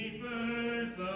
first